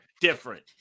Different